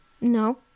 no